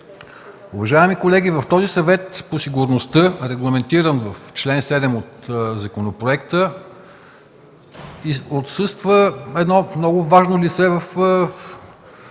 Уважаеми колеги, в този Съвет по сигурността, регламентиран в чл. 7 от законопроекта, отсъства едно много важно лице от